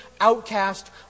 outcast